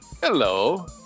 Hello